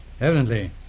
evidently